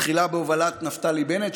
תחילה בהובלת נפתלי בנט,